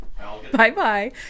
Bye-bye